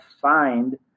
signed